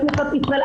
היו כניסות לישראל,